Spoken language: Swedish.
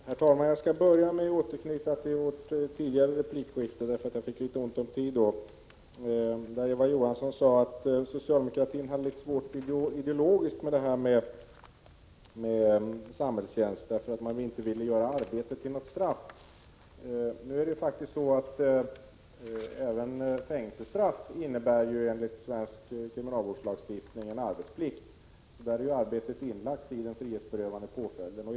Herr talman! Jag skall börja med att återknyta till vårt tidigare replikskifte. Eva Johansson sade att socialdemokratin hade ideologiska svårigheter i fråga om samhällstjänst, därför att man inte ville göra arbetet till något straff. Enligt kriminalvårdslagstiftningen innebär faktiskt även fängelsestraff arbetsplikt, så där är arbetet inlagt i den frihetsberövande påföljden.